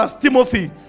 Timothy